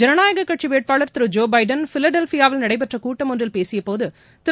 ஜனநாயக கட்சி வேட்பாளர் திரு ஜோபிடன் ஃபிலடெல்பியாவில் நடைபெற்ற கூட்டம் ஒன்றில் பேசியபோது திரு